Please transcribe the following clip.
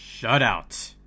shutout